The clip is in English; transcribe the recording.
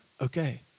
okay